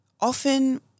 often